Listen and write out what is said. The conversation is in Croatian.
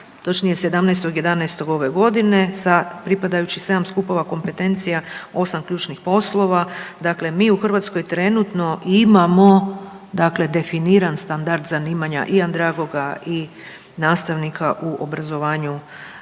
17.11. ove godine sa pripadajućih 7 skupova kompetencija, 8 ključnih poslova. Dakle, mi u Hrvatskoj trenutno imamo dakle definiran standard zanimanja i andragoga i nastavnika u obrazovanju